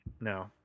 no